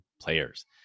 players